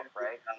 right